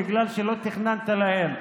בגלל שלא תכננת להם,